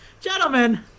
Gentlemen